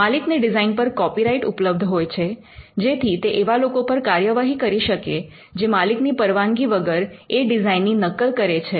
માલિકને ડિઝાઇન પર કૉપીરાઇટ્ ઉપલબ્ધ હોય છે જેથી તે એવા લોકો પર કાર્યવાહી કરી શકે જે માલિકની પરવાનગી વગર એ ડિઝાઇનની નકલ કરે છે